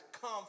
come